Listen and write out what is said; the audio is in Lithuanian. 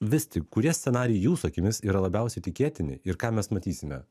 vis tik kurie scenarijai jūsų akimis yra labiausiai tikėtini ir ką mes matysime